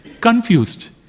confused